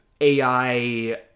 AI